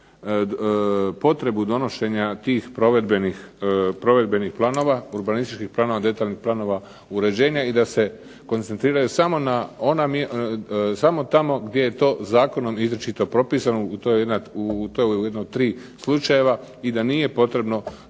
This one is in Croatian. potrebu donošenja tih provedbenih planova, urbanističkih planova, detaljnih planova uređenja i da se koncentriraju samo tamo gdje je to zakonom izričito propisano, to je ujedno u tri slučaja i da nije potrebno